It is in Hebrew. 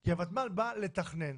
כי הוותמ"ל באה לתכנן